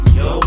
yo